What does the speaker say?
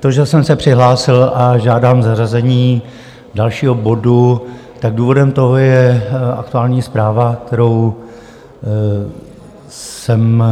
To, že jsem se přihlásil a žádám zařazení dalšího bodu, důvodem toho je aktuální zpráva, kterou jsem